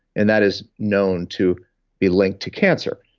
and that is known to be linked to cancer,